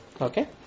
Okay